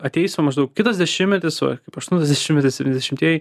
ateis va maždaug kitas dešimtmetis va kaip aštuntas dešimtmetis septyniasdešimtieji